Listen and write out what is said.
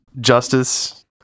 justice